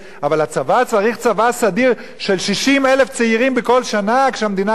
צריך צבא סדיר של 60,000 צעירים בכל שנה כשהמדינה היתה 600,000,